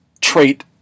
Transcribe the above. trait